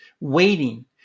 waiting